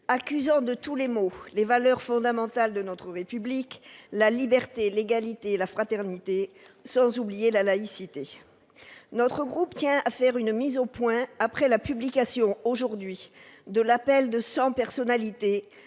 accusant de tous les maux les valeurs fondamentales de notre République : la liberté, l'égalité, la fraternité, sans oublier la laïcité. Mon groupe tient à faire une mise au point après la publication, aujourd'hui, de l'appel de 100 personnalités